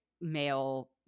male –